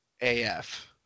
AF